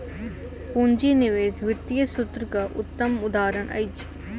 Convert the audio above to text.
पूंजी निवेश वित्तीय सूत्रक उत्तम उदहारण अछि